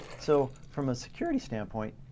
so from a security standpoint,